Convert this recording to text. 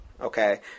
Okay